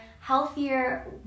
healthier